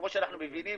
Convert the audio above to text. כמו שאנחנו מבינים,